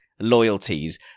loyalties